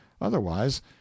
Otherwise